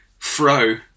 throw